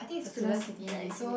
student city right is it